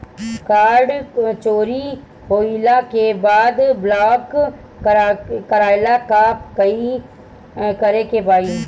Card चोरी होइला के बाद ब्लॉक करेला का करे के होई?